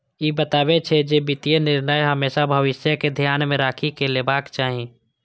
ई बतबै छै, जे वित्तीय निर्णय हमेशा भविष्य कें ध्यान मे राखि कें लेबाक चाही